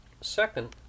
Second